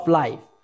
life